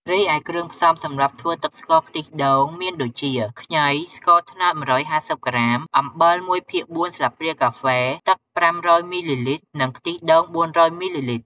រីឯគ្រឿងផ្សំំសម្រាប់ធ្វើទឹកស្ករខ្ទិះដូងមានដូចជា ខ្ញី ស្ករត្នោត ១៥០ក្រាម អំបិល ១ភាគ៤ ស្លាបព្រាកាហ្វេ ទឹក ៥០០ មីលីលីត្រ និងខ្ទិះដូង ៤០០ មីលីលីត្រ។